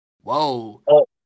whoa